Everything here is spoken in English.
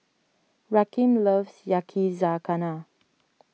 Rakeem loves Yakizakana